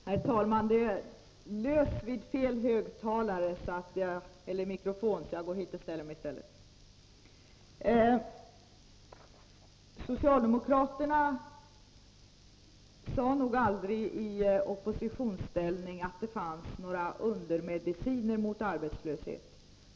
Herr talman! Socialdemokraterna sade nog aldrig i oppositionsställning att det fanns några undermediciner mot arbetslöshet.